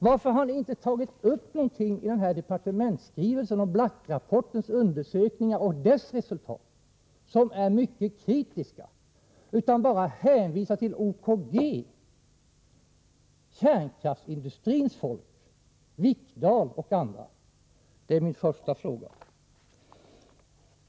Varför har ni inte tagit upp någonting i departementsskrivelsen om Black-rapportens undersökningar och deras resultat, som är mycket kritiska, utan bara hänvisat till OKG, kärnkraftsin — Nr 7 dustrins folk, Wikdahl och andra? Det är min första fråga.